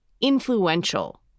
influential